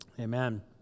amen